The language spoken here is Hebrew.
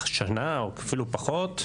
שנה או אפילו פחות,